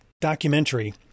documentary